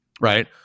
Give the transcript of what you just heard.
right